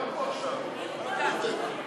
התשע"ו 2016, קריאה שנייה וקריאה שלישית.